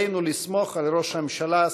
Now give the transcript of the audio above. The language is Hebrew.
עלינו לסמוך על ראש הממשלה,